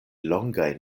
longaj